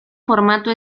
formato